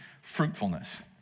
fruitfulness